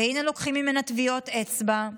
והינה לוקחים ממנה טביעות אצבע,